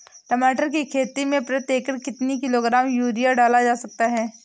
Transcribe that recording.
टमाटर की खेती में प्रति एकड़ कितनी किलो ग्राम यूरिया डाला जा सकता है?